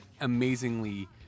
amazingly